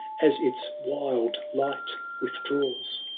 as its wild light withdraws.